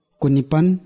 kunipan